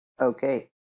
Okay